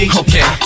okay